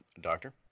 Doctor